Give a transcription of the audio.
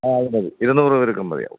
ആ അത് മതി ഇരുന്നൂറ് മതിയാവും